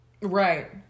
Right